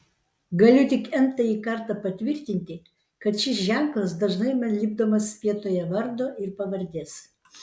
galiu tik n tąjį kartą patvirtinti kad šis ženklas dažnai man lipdomas vietoje vardo ir pavardės